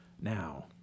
now